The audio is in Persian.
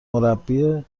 سرخانه